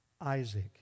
Isaac